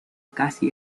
casi